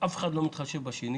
אף אחד לא מתחשב בשני.